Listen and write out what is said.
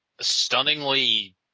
stunningly